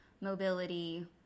mobility